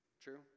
True